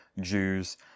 Jews